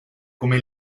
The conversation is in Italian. come